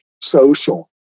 social